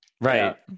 right